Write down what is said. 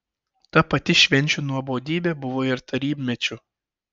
ta pati švenčių nuobodybė buvo ir tarybmečiu